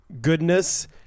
Goodness